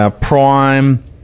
Prime